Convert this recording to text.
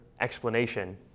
explanation